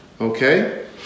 Okay